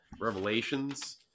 Revelations